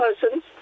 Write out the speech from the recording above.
persons